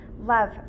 love